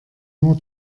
nur